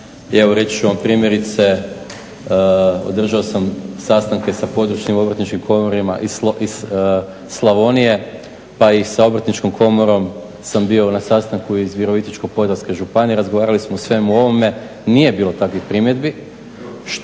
Evo reći ću vam primjerice održao sam sastanke sa područnim Obrtničkim komorama iz Slavonije pa i sa Obrtničkom komorom sam bio na sastanku iz Virovitičko-podravske županije i razgovarali smo o svemu ovome. Nije bilo takvih primjedbi.